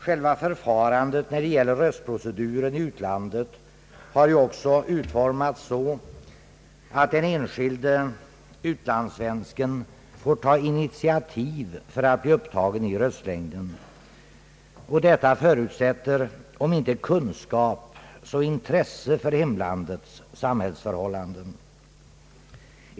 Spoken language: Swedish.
Själva förfarandet när det gäller röstningsproceduren i utlandet har ju också utformats så att den enskilde utlandssvensken får ta initiativ för att bli upptagen i röstlängden. Detta förutsätter om inte kunskap så intresse för hemlandets samhällsförhållanden.